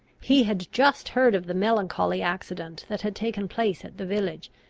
he had just heard of the melancholy accident that had taken place at the village,